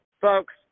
Folks